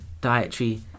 dietary